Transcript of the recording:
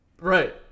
Right